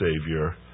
Savior